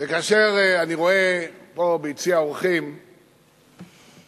וכאשר אני רואה פה, ביציע האורחים, בני-נוער,